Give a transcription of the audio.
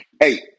Hey